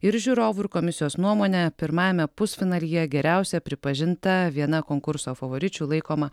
ir žiūrovų ir komisijos nuomone pirmajame pusfinalyje geriausia pripažinta viena konkurso favoričių laikoma